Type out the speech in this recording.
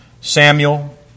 Samuel